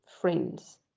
friends